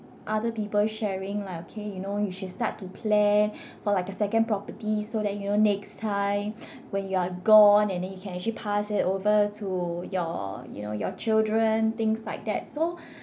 other people sharing like okay you know you should start to plan for like a second property so then you know next time when you're gone and then you can actually pass it over to your you know your children things like that so